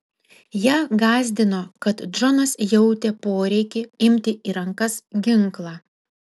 ją gąsdino kad džonas jautė poreikį imti į rankas ginklą